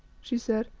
she said,